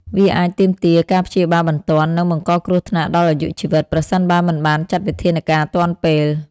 វាអាចទាមទារការព្យាបាលបន្ទាន់ និងបង្កគ្រោះថ្នាក់ដល់អាយុជីវិតប្រសិនបើមិនបានចាត់វិធានការទាន់ពេល។